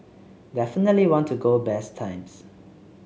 definitely want to go best times